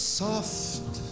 soft